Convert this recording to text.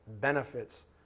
benefits